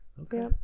Okay